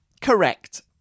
Correct